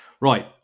Right